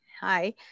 Hi